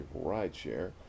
rideshare